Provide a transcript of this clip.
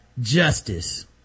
justice